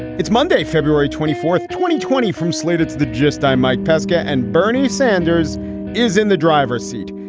it's monday, february twenty fourth, twenty twenty from slated to the gist. i'm mike pesca. and bernie sanders is in the driver's seat.